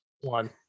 one